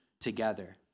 together